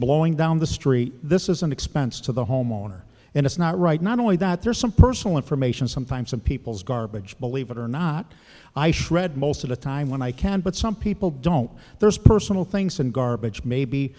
blowing down the street this is an expense to the homeowner and it's not right not only that there's some personal information sometimes some people's garbage believe it or not i shred most of the time when i can but some people don't there's personal things and garbage maybe